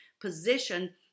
position